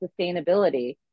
sustainability